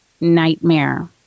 nightmare